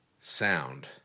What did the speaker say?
sound